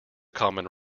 common